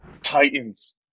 Titans